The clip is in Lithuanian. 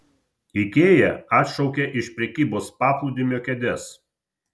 ikea atšaukia iš prekybos paplūdimio kėdes